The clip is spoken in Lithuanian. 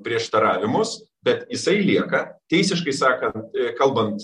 prieštaravimus bet jisai lieka teisiškai sakant kalbant